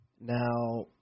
Now